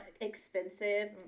expensive